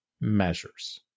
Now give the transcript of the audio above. measures